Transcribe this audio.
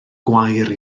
gwair